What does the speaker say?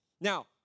Now